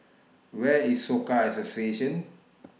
Where IS Soka Association